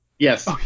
Yes